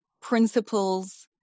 principles